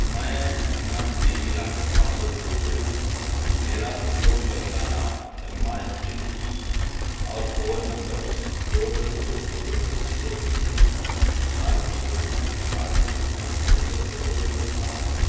मैं अपना DigiLocker password भूल गया मेरा उपयोगकर्ता नाम एम्मा स्मिथ है और फोन नम्बर दो दो दो छः एक नौ सात छः पाँच आठ है मैं इसे कैसे बदल सकता हूँ